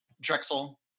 Drexel